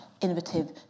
innovative